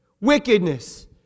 wickedness